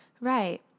Right